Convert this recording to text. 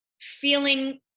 feeling